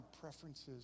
preferences